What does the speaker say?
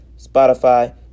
Spotify